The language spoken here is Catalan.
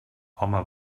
home